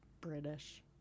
British